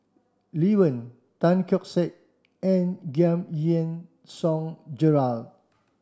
Lee Wen Tan Keong Saik and Giam Yean Song Gerald